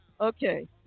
Okay